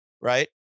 right